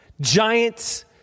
Giants